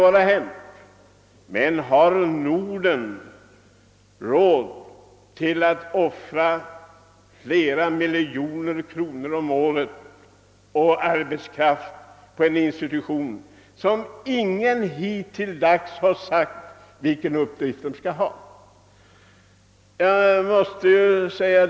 Ja, men har Norden råd att offra flera miljoner kronor om året plus högkvalificerad arbetskraft för att inrätta en institution vars uppgifter ingen hittills har kunnat ange?